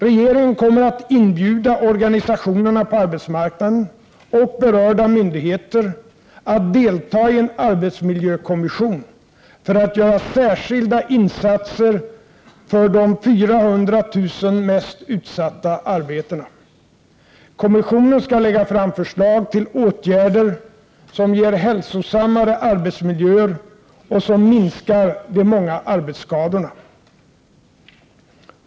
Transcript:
Regeringen kommer att inbjuda organisationerna på arbetsmarknaden och berörda myndigheter att delta i en arbetsmiljökommission för att göra särskilda insatser för de 400 000 mest utsatta arbetena. Kommissionen skall lägga fram förslag till åtgärder som ger hälsosammare arbetsmiljöer och som minskar de många arbetsskadorna.